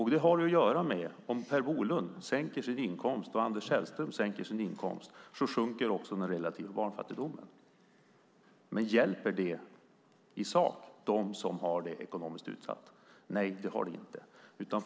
Om Per Bolund och Anders Sellström sänker sin inkomst sjunker också den relativa barnfattigdomen, men hjälper det i sak dem som är ekonomiskt utsatta? Nej, det gör det inte.